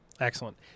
Excellent